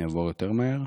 אני אעבור יותר מהר.